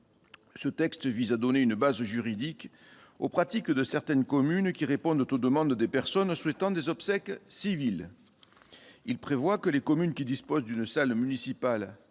ce texte vise à donner une base juridique aux pratiques de certaines communes qui répondait aux demandes des personnes souhaitant des obsèques civiles, il prévoit que les communes qui disposent d'une salle municipale